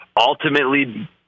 ultimately